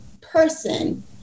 person